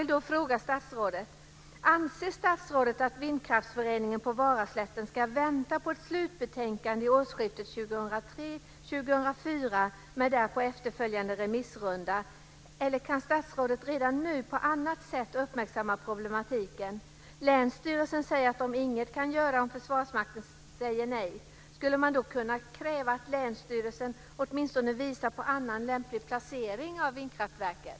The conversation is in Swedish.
Länsstyrelsen säger att de inget kan göra om Försvarsmakten säger nej. Skulle man då kunna kräva att länsstyrelsen åtminstone visar på annan lämplig placering av vindkraftverket?